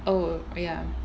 oh ya